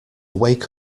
wake